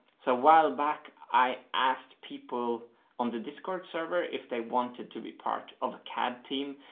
so while back i asked people on the discord server if they wanted to be part of a cad team.